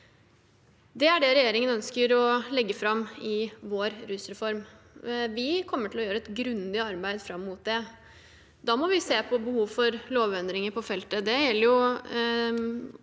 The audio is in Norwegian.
Det er det regjeringen ønsker å legge fram i sin rusreform. Vi kommer til å gjøre et grundig arbeid fram mot det. Da må vi se på behov for lovendringer på feltet.